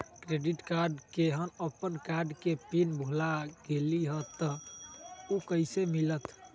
Credit card केहन अपन card के पिन भुला गेलि ह त उ कईसे मिलत?